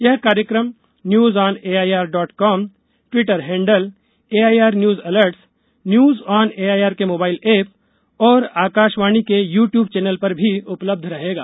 यह कार्यक्रम news on AIR dot com Twitter handle AIR news alerts news on AIR के mobile app और आकाशवाणी के यू ट्यूब चैनल पर भी उपलब्ध रहेगा